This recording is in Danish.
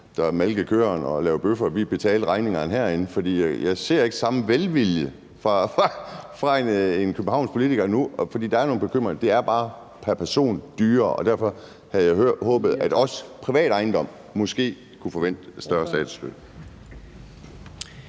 har malkede køerne og lavede bøfferne, betalte regningerne herinde. For jeg ser ikke den samme velvilje fra de københavnske politikere nu, hvor der er nogle bekymringer. Det er bare dyrere pr. person, og derfor havde jeg håbet, at også privat ejendom måske kunne forvente større statsstøtte.